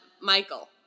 Michael